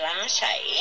latte